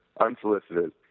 unsolicited